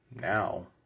now